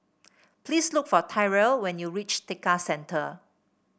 please look for Tyrell when you reach Tekka Centre